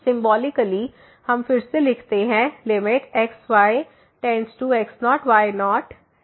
symbolically हम फिर से लिखते हैं xyx0y0fx yL